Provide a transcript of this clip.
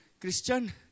Christian